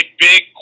big